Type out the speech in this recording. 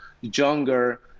younger